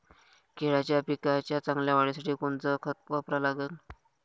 केळाच्या पिकाच्या चांगल्या वाढीसाठी कोनचं खत वापरा लागन?